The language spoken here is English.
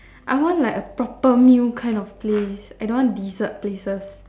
I want like a proper meal kind of place I don't want dessert places